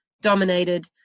dominated